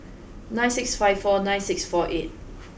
nine six five four nine six four eight